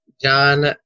John